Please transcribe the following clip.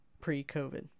pre-COVID